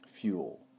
fuel